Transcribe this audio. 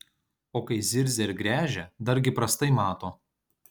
o kai zirzia ir gręžia dargi prastai mato